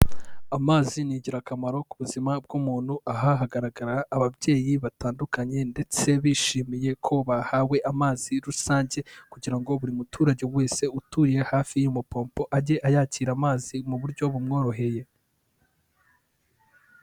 Amazi ni ingirakamaro ku buzima bw'umuntu, aha hagaragara ababyeyi batandukanye ndetse bishimiye ko bahawe amazi rusange kugira ngo buri muturage wese utuye hafi y'umupompo, ajye yakira amazi mu buryo bumworoheye.